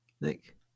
Nick